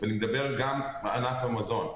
ואני מדבר גם על ענף המזון.